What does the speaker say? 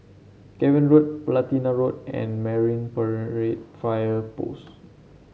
Cavan Road Platina Road and Marine Parade Fire Post